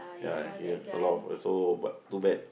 ya they have a lot also but too bad